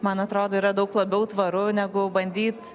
man atrodo yra daug labiau tvaru negu bandyt